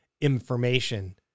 information